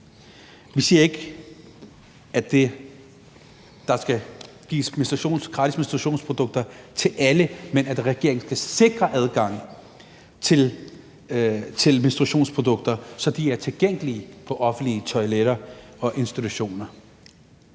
Det siger ikke, at der skal gives gratis menstruationsprodukter til alle, men at regeringen skal sikre adgangen til menstruationsprodukter, så de er tilgængelige på offentlige toiletter og institutioner.